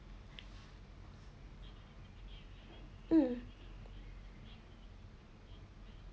um